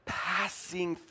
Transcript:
passing